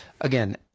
again